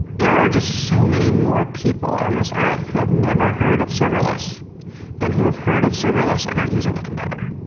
there are just so many more people on this earth who have never heard of serverless than who have heard of serverless and are using a competitor.